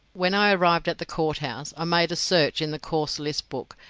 when i arrived at the court-house, i made a search in the cause list book,